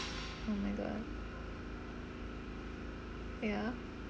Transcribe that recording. oh my god ya